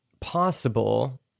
possible